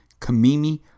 Kamimi